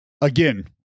Again